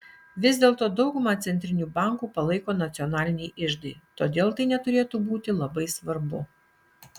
vis dėlto daugumą centrinių bankų palaiko nacionaliniai iždai todėl tai neturėtų būti labai svarbu